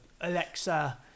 Alexa